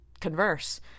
converse